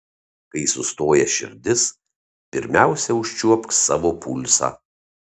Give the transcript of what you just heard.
kai sustoja širdis pirmiausia užčiuopk savo pulsą